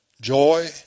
joy